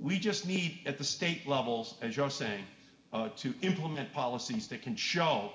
we just need at the state levels as you're saying to implement policies that can show